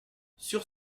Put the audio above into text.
sur